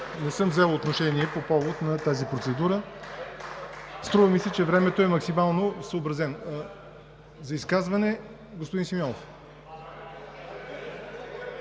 Не съм взел отношение по повод на тази процедура. Струва ми се, че времето е максимално съобразено. Заповядайте, господин Гърневски,